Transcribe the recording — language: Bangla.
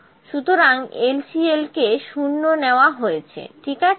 সুতরাং LCL কে 0 নেওয়া হয়েছে ঠিক আছে